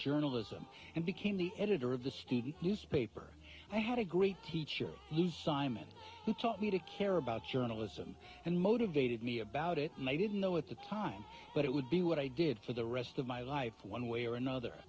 journalism and became the editor of the student newspaper i had a great teacher simon who taught me to care about journalism and motivated me about it may didn't know at the time but it would be what i did for the rest of my life one way or another